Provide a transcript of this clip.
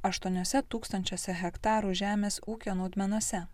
aštuoniuose tūkstančiuose hektarų žemės ūkio naudmenose